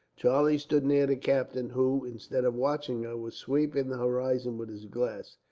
charlie stood near the captain, who, instead of watching her, was sweeping the horizon with his glass.